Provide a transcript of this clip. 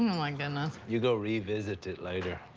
my goodness. you go revisit it later.